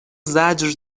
زجر